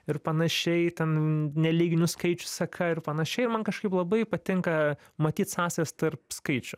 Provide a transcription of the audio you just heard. ir panašiai ten nelyginių skaičių seka ir panašiai man kažkaip labai patinka matyt sąsajas tarp skaičių